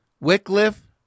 Wycliffe